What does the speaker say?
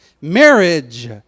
marriage